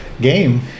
game